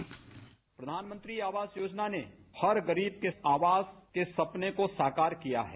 bite प्रधानमंत्री आवास योजना ने हर गरीब के आवास के सपने को साकार किया है